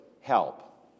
help